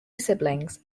siblings